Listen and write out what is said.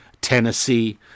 Tennessee